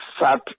sat